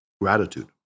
gratitude